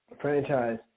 franchise